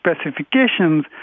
specifications